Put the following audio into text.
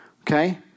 Okay